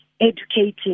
educating